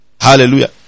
Hallelujah